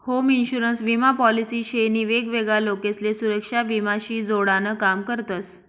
home insurance विमा policy शे नी वेगवेगळा लोकसले सुरेक्षा विमा शी जोडान काम करतस